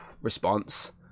response